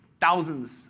Thousands